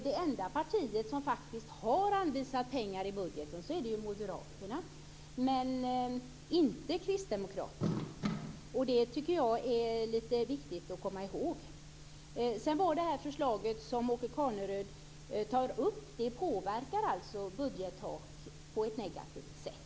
Det enda parti som faktiskt har anvisat pengar i budgeten är Moderaterna, men inte Kristdemokraterna. Det tycker jag är lite viktigt att komma ihåg. Det förslag som Åke Carnerö tar upp påverkar alltså budgettaket på ett negativt sätt.